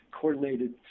coordinated